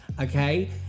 okay